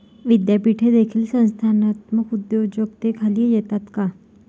विद्यापीठे देखील संस्थात्मक उद्योजकतेखाली येतात का?